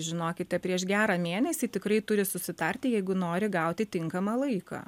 žinokite prieš gerą mėnesį tikrai turi susitarti jeigu nori gauti tinkamą laiką